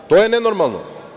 To je nenormalno.